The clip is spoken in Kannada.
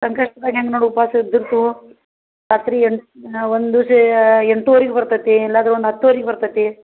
ಸಂಕಷ್ಟಿದಾಗ ಹೆಂಗ್ ನೋಡಿ ಉಪ್ವಾಸ ಇದ್ದಿರ್ತು ರಾತ್ರಿ ಎಂಟು ಒಂದು ಶಿಯಾ ಎಂಟುವರೆಗೆ ಬರ್ತೈತಿ ಇಲ್ಲಾಂದರೆ ಒಂದು ಹತ್ತುವರೆಗೆ ಬರ್ತತಿ